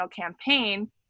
campaign